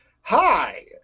hi